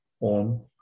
on